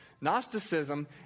Gnosticism